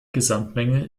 gesamtmenge